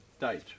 Date